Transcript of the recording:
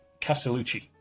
Castellucci